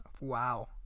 Wow